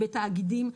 בתאגידים,